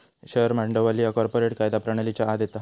share भांडवल ह्या corporate कायदा प्रणालीच्या आत येता